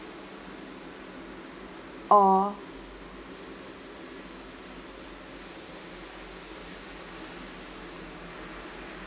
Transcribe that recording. orh